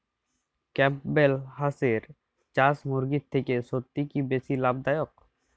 Campbell হাঁসের চাষ মুরগির থেকে সত্যিই কি বেশি লাভ দায়ক?